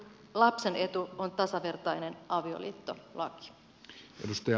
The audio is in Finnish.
lapsen etu on tasavertainen avioliittolaki